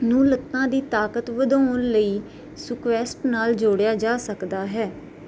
ਨੂੰ ਲੱਤਾਂ ਦੀ ਤਾਕਤ ਵਧਾਉਣ ਲਈ ਸਕੁਐਸਟ ਨਾਲ ਜੋੜਿਆ ਜਾ ਸਕਦਾ ਹੈ